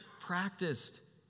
practiced